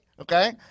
Okay